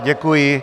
Děkuji.